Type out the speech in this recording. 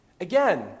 Again